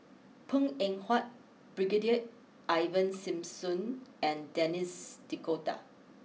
Png Eng Huat Brigadier Ivan Simson and Denis D'Cotta